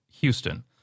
Houston